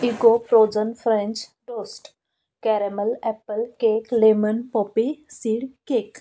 eco frozen French toast caramel apple cake lemon poppy seed cake